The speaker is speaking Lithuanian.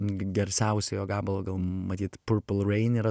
garsiausią jo gabalą gal matyt purple rain yra